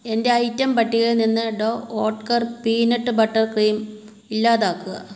എന്റെ ഐറ്റം പട്ടികയിൽ നിന്ന് Dr Oetker peanut butter cream ഇല്ലാതാക്കുക